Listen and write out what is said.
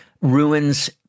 ruins